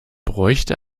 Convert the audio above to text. bräuchte